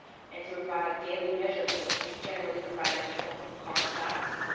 and to provide daily measurables, generally provided in the form of car stops,